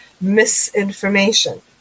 misinformation